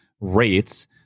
rates